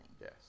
Yes